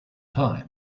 time